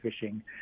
fishing